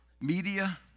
media